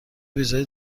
ویزای